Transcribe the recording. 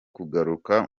kugaruka